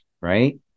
right